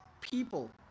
people